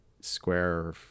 square